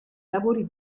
lavori